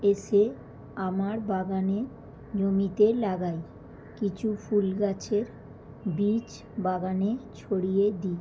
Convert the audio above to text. এসে আমার বাগানে জমিতে লাগাই কিছু ফুল গাছের বীজ বাগানে ছড়িয়ে দিই